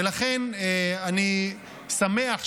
ולכן, אני שמח שכאן,